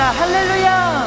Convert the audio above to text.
Hallelujah